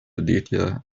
aditya